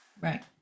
Right